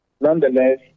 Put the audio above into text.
Nonetheless